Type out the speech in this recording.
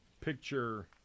picture